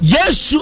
Yes